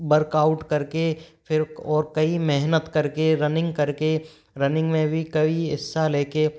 workout कर के फिर और कई मेहनत कर के रनिंग कर के रनिंग में भी कई हिस्सा ले कर